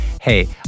Hey